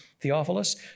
Theophilus